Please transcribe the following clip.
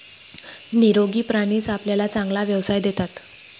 निरोगी प्राणीच आपल्याला चांगला व्यवसाय देतात